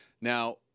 Now